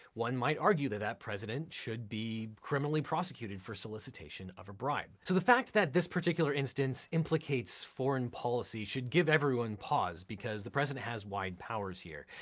one might argue that that president should be criminally prosecuted for solicitation of a bribe. so the fact that this particular instance implicates foreign policy should give everyone pause because the president has wide powers here,